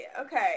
Okay